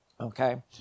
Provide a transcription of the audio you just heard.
Okay